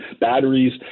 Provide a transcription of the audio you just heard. batteries